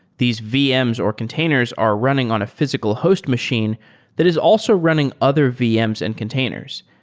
these vms or containers are running on a physical host machine that is also running other vms and containers.